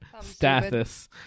Stathis